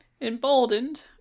emboldened